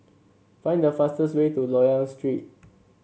find the fastest way to Loyang Street